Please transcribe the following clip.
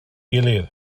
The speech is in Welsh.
gilydd